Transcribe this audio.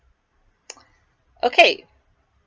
okay